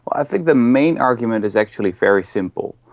i think the main argument is actually very simple.